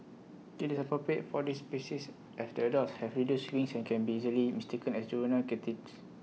IT is appropriate for this species as the adults have reduced wings and can be easily mistaken as juvenile katydids